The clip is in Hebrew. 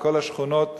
וכל השכונות